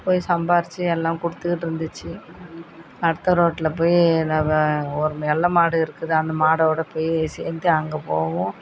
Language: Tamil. போய் சம்பாரித்து எல்லாம் கொடுத்துக்கிட்டு இருந்துச்சு அடுத்த ரோட்டில் போய் என்னா ஒரு வெள்ளை மாடு இருக்குது அந்த மாடோடு போய் சேர்ந்து அங்கே போகவும்